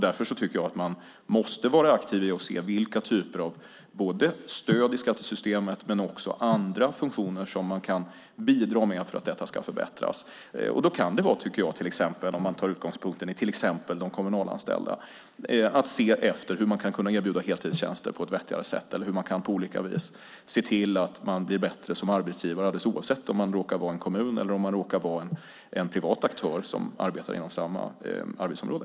Därför tycker jag att man måste vara aktiv i att se vilka typer av stöd i skattesystemet och andra funktioner som man kan bidra med för att detta ska förbättras. Det kan till exempel vara, om man tar utgångspunkten i de kommunalanställda, att se efter hur man kan erbjuda heltidstjänster på ett vettigare sätt eller hur man på olika vis kan se till att man blir bättre som arbetsgivare, alldeles oavsett om man råkar vara en kommun eller en privat aktör som arbetar inom samma arbetsområde.